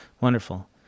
wonderful